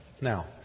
Now